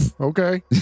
okay